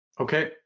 okay